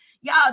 y'all